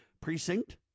precinct